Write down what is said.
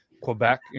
Quebec